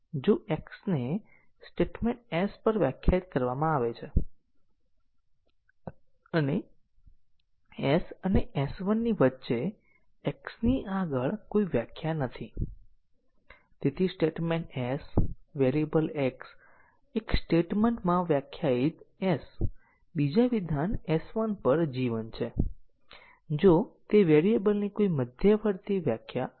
અહીં આપણે ગ્રાફ પર નજર કરીએ છીએ અને શોધીએ છીએ કે બાઉન્ડ એરિયાની કુલ સંખ્યા કેટલી છે કેટલા બાઉન્ડ એરિયા છે વત્તા એક જે આપણને સાયક્લોમેટિક મેટ્રિક પણ આપે છે અને બાઉન્ડેડ વિસ્તારની વ્યાખ્યા એ છે કે નોડ્સ અને કિનારીઓથી ઘેરાયેલો પ્રદેશ સિકવન્સ માં અને આ સંખ્યા બરાબર e n 2 દ્વારા ગણતરી સાથે મેળ ખાતી હોવી જોઈએ